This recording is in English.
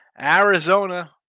Arizona